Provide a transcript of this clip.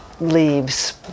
leaves